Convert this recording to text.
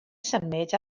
symud